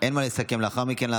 אין מה לסכם לאחר מכן.